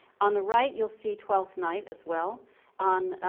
on the right you'll see twelfth night as well on,